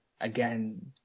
again